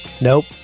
Nope